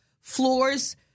floors